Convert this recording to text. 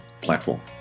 platform